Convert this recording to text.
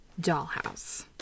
Dollhouse